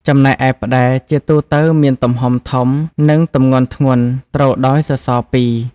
ចំណែកឯផ្តែរ ជាទូទៅមានទំហំធំ និងទម្ងន់ធ្ងន់ ទ្រដោយ សសរ ពីរ។